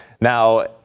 Now